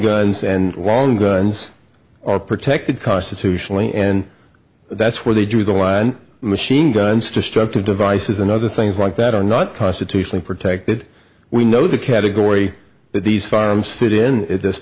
handguns and long guns are protected constitutionally and that's where they drew the line machine guns destructive devices and other things like that are not constitutionally protected we know the category that these farms fit in at this